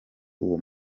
uwo